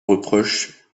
reproche